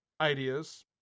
ideas